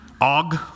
Og